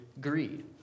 greed